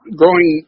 growing